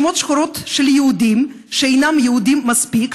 רשימות שחורות של יהודים שאינם יהודים מספיק,